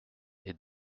est